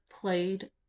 played